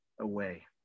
away